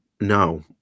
no